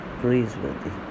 praiseworthy